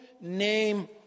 name